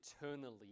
eternally